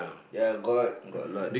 ya got got a lot